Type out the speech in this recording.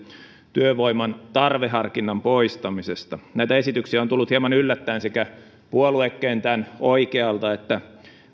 työvoiman tarveharkinnan poistamisesta näitä esityksiä on tullut hieman yllättäen sekä puoluekentän oikealta että